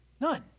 None